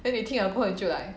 then 你听了过后你就 like